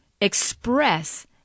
express